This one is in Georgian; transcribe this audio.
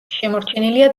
შემორჩენილია